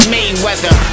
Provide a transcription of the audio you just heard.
Mayweather